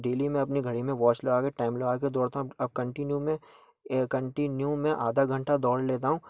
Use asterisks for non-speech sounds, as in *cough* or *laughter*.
daily मैं अपने घड़ी में वॉच लगा कर टाइम लगा कर दौड़ता *unintelligible* अब कंटिन्यू मैं कंटिन्यू मैं आधा घंटा दौड़ लेता हूँ